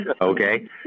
Okay